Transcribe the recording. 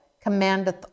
commandeth